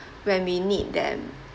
when we need them